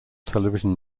television